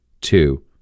two